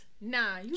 Nah